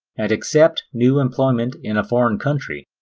and accept new employment in a foreign country.